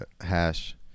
hash